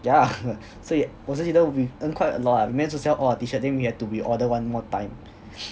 yeah lah so 我自己都 earn quite a lot ah we managed to sell all our T shirts and then we had to re-order one more time